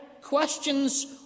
questions